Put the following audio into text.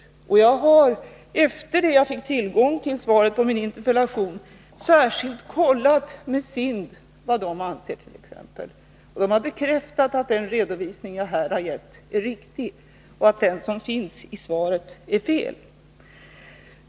Jag har t.ex., efter det att jag fick tillgång till svaret på min interpellation, särskilt kontrollerat med SIND vad de anser. SIND har bekräftat att den redovisning jag här har lämnat är riktig och att den som finns i svaret är felaktig.